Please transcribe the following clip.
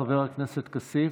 חבר הכנסת כסיף,